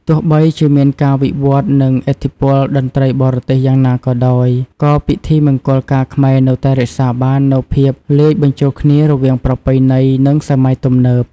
ទោះបីជាមានការវិវត្តន៍ និងឥទ្ធិពលតន្ត្រីបរទេសយ៉ាងណាក៏ដោយ ក៏ពិធីមង្គលការខ្មែរនៅតែរក្សាបាននូវភាពលាយបញ្ចូលគ្នារវាងប្រពៃណី និងសម័យទំនើប។